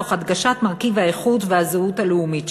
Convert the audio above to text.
תוך הדגשת מרכיב האיכות והזהות הלאומית שבו.